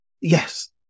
Yes